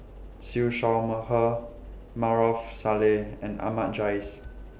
Siew Shaw Mur Her Maarof Salleh and Ahmad Jais